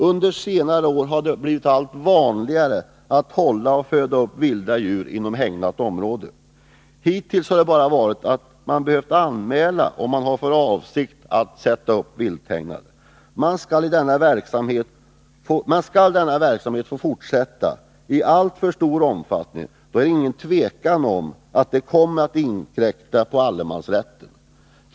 Under senare år har det blivit allt vanligare att man håller och föder upp vilda djur inom hägnade områden. Hittills har den som haft för avsikt att sätta upp vilthägnader bara behövt anmäla detta till länsstyrelsen. Men om denna verksamhet utökas i alltför stor omfattning kommer den utan tvivel att inkräkta på allemansrätten.